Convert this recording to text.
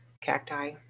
cacti